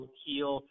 heal